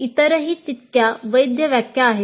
इतरही तितक्या वैध व्याख्या आहेत